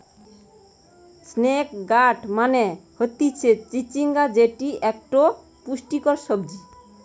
snake gourd মানে হতিছে চিচিঙ্গা যেটি একটো পুষ্টিকর সবজি